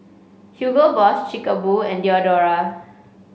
Hugo Boss Chic Boo and Diadora